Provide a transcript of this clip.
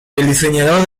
diseñador